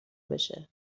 بشه